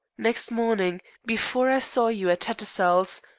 next morning, before i saw you at tattersall's,